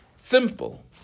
Simple